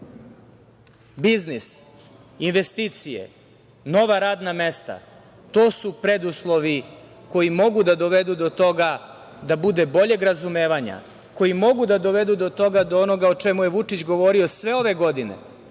biznis, investicije, nova radna mesta. To su preduslovi koji mogu da dovedu do toga da bude boljeg razumevanja, koji mogu da dovedu do onoga o čemu je Vučić govorio sve ove godine